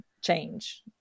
change